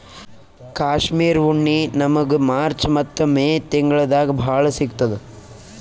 ಕಾಶ್ಮೀರ್ ಉಣ್ಣಿ ನಮ್ಮಗ್ ಮಾರ್ಚ್ ಮತ್ತ್ ಮೇ ತಿಂಗಳ್ದಾಗ್ ಭಾಳ್ ಸಿಗತ್ತದ್